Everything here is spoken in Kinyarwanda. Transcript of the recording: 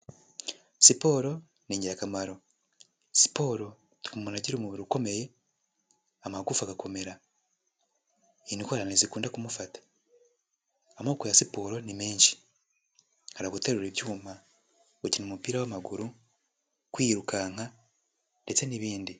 Siporo ni ingirakamaro, siporo ituma umuntu agira umubiri ukomeye amagufa agakomera, indwara ntizikunda kumufata, amoko ya siporo ni menshi hari uguterura icyuma, gukina umupira w'amaguru, kwirukanka ndetse n'ibindi.